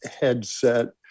headset